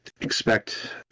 expect